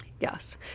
yes